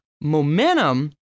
Momentum